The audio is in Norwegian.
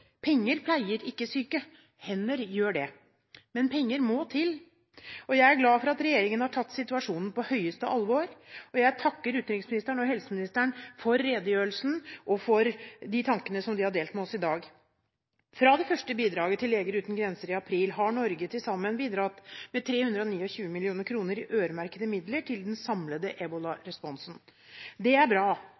Penger pleier ikke syke – hender gjør det. Men penger må til! Jeg er glad for at regjeringen har tatt situasjonen på største alvor, og jeg takker utenriksministeren og helseministeren for redegjørelsene og for de tankene som de har delt med oss i dag. Fra det første bidraget til Leger Uten Grenser i april har Norge til sammen bidratt med 329 mill. kr i øremerkede midler til den samlede ebolaresponsen. Det er bra.